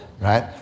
right